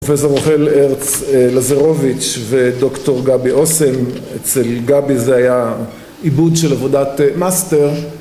פרופסור רחל הרץ לזרוביץ' ודוקטור גבי אסם, אצל גבי זה היה עיבוד של עבודת מאסטר